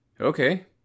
Okay